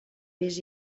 vés